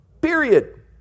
period